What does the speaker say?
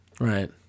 Right